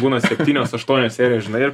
būna septynios aštuonios serijos žinai